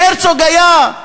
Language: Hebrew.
הרצוג היה,